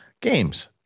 games